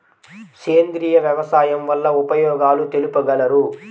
సేంద్రియ వ్యవసాయం వల్ల ఉపయోగాలు తెలుపగలరు?